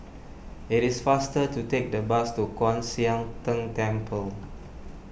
it is faster to take the bus to Kwan Siang Tng Temple